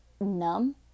numb